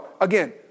again